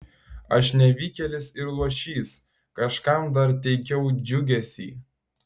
aš nevykėlis ir luošys kažkam dar teikiau džiugesį